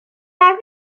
parue